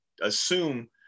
assume